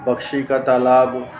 Bakshi ka Talab